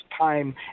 time